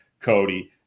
Cody